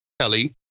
Kelly